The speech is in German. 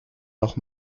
noch